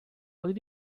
what